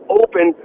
open